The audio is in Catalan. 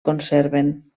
conserven